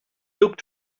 looked